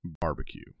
barbecue